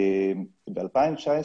ב-2019,